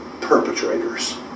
perpetrators